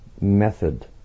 method